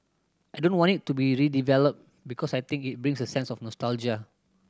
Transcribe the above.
I don't want it to be redeveloped because I think it brings a sense of nostalgia